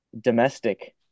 domestic